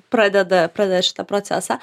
pradeda pradeda šitą procesą